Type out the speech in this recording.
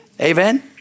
Amen